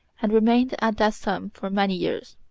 and remained at that sum for many years.